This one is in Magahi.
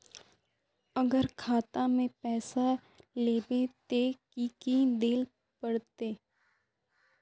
अगर खाता में पैसा लेबे ते की की देल पड़ते?